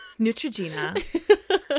neutrogena